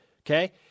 Okay